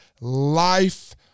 life